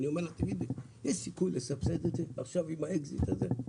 ואני שואל אם יש סיכוי לסבסד את זה עם האקזיט הזה.